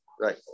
right